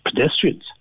pedestrians